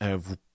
vous